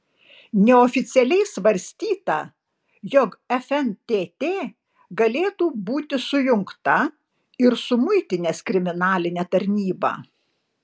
neoficialiai svarstyta jog fntt galėtų būti sujungta ir su muitinės kriminaline tarnyba